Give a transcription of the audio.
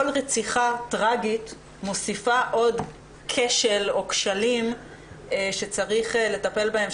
כל רציחה טרגית מוסיפה עוד כשל או כשלים שצריך לטפל בהם,